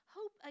Hope